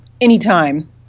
anytime